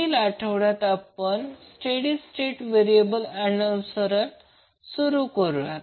पुढील आठवड्यात आपण स्टेट व्हेरिएबल ऍनॅलिसिस अनुसरून चालू करूया